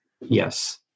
yes